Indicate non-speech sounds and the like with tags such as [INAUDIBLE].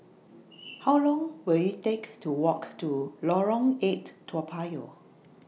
[NOISE] How Long Will IT Take to Walk to Lorong eight Toa Payoh